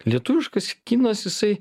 lietuviškas kinas jisai